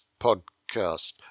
Podcast